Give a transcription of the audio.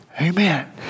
Amen